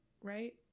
right